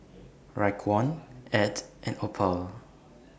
Raekwon Ed and Opal